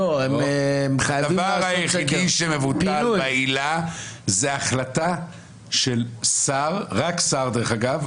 הדבר היחידי שמבוטל בעילה זה החלטה של שר רק שר דרך אגב,